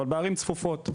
אבל בערים צפופות,